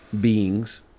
beings